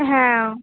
হ্যাঁ